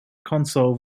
console